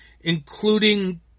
Including